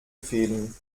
fehlen